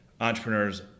Entrepreneurs